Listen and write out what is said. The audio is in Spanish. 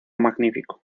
magnífico